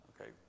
Okay